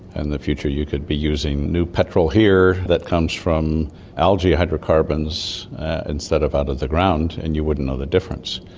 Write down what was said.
and the future you could be using new petrol here that comes from algae hydrocarbons instead of out of the ground and you wouldn't know the difference.